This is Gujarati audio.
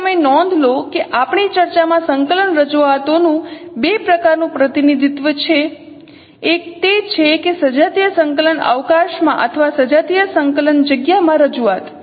અહીં તમે નોંધ લો કે આપણી ચર્ચામાં સંકલન રજૂઆતોનું બે પ્રકારનું પ્રતિનિધિત્વ છે એક તે છે કે સજાતીય સંકલન અવકાશમાં અથવા સજાતીય સંકલન જગ્યામાં રજૂઆત